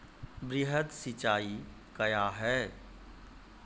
वृहद सिंचाई कया हैं?